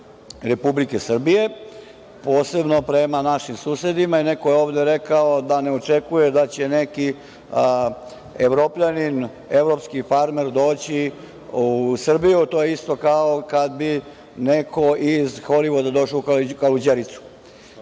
Republike Srbije, posebno prema našim susedima. Neko je ovde rekao da ne očekuje da će neki evropljanin, evropski farmer doći u Srbiju, a to je isto kao kada bi neko iz Holivuda došao u Kaluđericu.